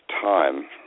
time